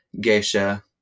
geisha